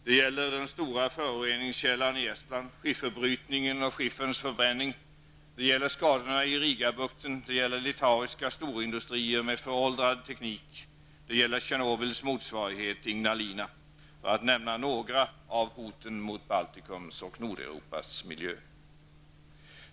Det gäller den stora föroreningskällan i Estland -- skifferbrytningen och skifferns förbränning, det gäller skadorna i Rigabukten, det gäller litauiska storindustrier med föråldrad teknik, det gäller Tjernobyls motsvarighet i Ignalina -- för att nämna några av hoten mot Baltikum och Nordeuropas miljö.